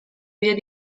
via